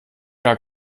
gar